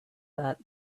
that